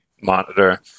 monitor